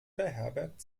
beherbergt